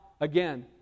again